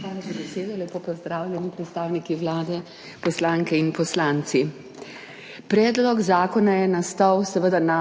Hvala za besedo. Lepo pozdravljeni, predstavniki Vlade, poslanke in poslanci! Predlog zakona je nastal seveda na